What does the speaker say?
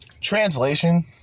Translation